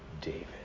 David